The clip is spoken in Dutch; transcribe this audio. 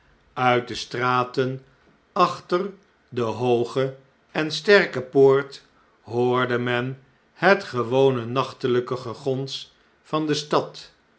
uit de straten achter de hooge en sterke poort hoorde men het gewone nachtelijke gegons van de stad